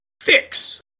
Fix